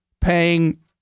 paying